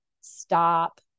stop